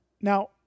Now